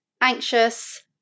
anxious